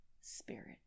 Spirit